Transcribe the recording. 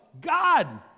God